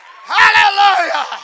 Hallelujah